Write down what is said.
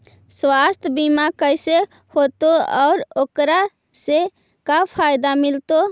सवासथ बिमा कैसे होतै, और एकरा से का फायदा मिलतै?